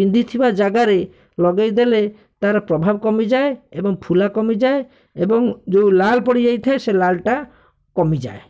ବିନ୍ଧିଥିବା ଜାଗାରେ ଲଗେଇଦେଲେ ତାର ପ୍ରଭାବ କମିଯାଏ ଏବଂ ଫୁଲା କମିଯାଏ ଏବଂ ଯେଉଁ ଲାଲ୍ ପଡ଼ିଯାଇଥାଏ ସେ ଲାଲ୍ଟା କମିଯାଏ